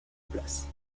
places